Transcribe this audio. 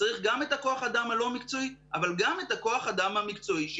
צריך גם את כוח-האדם הלא מקצועי אבל גם את כוח-האדם